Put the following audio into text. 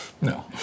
No